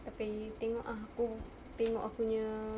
tapi tengok ah aku tengok aku punya